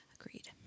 Agreed